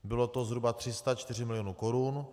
Bylo to zhruba 304 milionů korun.